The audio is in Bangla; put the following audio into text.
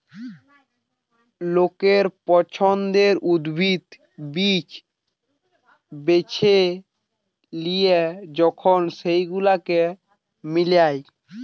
লোকের পছন্দের উদ্ভিদ, বীজ বেছে লিয়ে যখন সেগুলোকে মিলায়